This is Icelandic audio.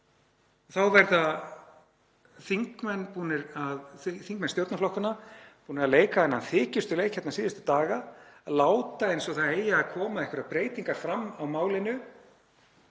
Þá verða þingmenn stjórnarflokkanna búnir að leika þennan þykjustuleik hérna síðustu daga, láta eins og það eigi að koma einhverjar breytingar fram á málinu